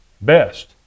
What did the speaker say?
best